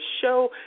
show